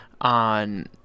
on